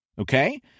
okay